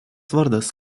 vardas